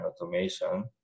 automation